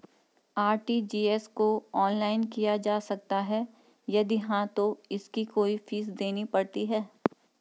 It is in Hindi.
आर.टी.जी.एस को ऑनलाइन किया जा सकता है यदि हाँ तो इसकी कोई फीस देनी पड़ती है?